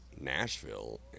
Nashville